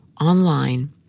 online